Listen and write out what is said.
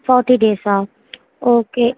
forty days okay